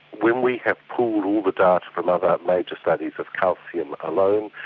when we have pooled all the data from other major studies of calcium alone,